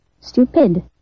Stupid